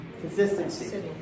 consistency